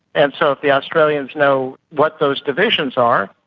and so if the australians know what those divisions are,